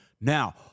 Now